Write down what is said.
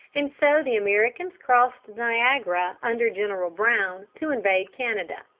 and so the americans crossed niagara under general brown to invade canada.